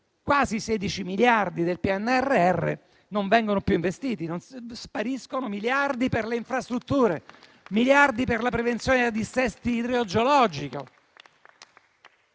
quasi 16 miliardi del PNRR non vengono più investiti. Spariscono miliardi per le infrastrutture, miliardi per la prevenzione del dissesto idrogeologico.